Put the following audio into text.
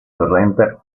torrente